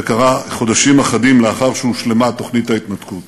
זה קרה חודשים אחדים לאחר שהושלמה תוכנית ההתנתקות.